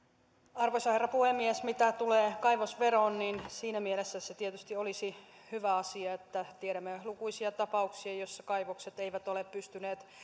arvoisa herra puhemies mitä tulee kaivosveroon niin siinä mielessä se tietysti olisi hyvä asia että tiedämme lukuisia tapauksia joissa kaivokset eivät ole pystyneet